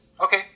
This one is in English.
okay